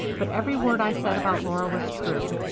but every word i said about laura was true.